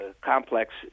complex